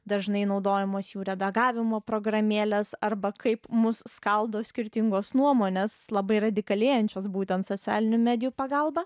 dažnai naudojamos jų redagavimo programėlės arba kaip mus skaldo skirtingos nuomonės labai radikalėjančios būtent socialinių medijų pagalba